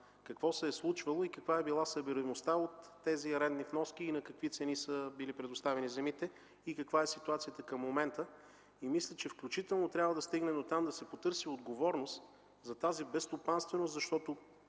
какво се е случвало и каква е била събираемостта от тези арендни вноски и на какви цени са били предоставени земите, и каква е ситуацията към момента. Мисля, че трябва да стигнем дотам, да се потърси отговорност за тази безстопанственост, защото